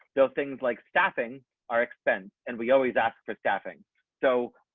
they'll things like staffing our expense and we always ask for staffing so